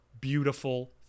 beautiful